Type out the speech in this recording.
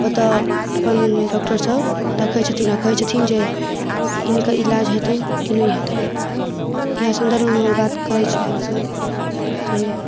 ओतऽ अपन डॉक्टरसभ देखै छथिन आओर कहै छथिन जे हिनकर इलाज हेतनि कि नहि हेतनि इएह सन्दर्भमे हमर बात करै छी हमसभ जे